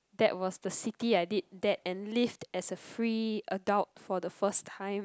that was the city I did that and lived as a free adult for the first time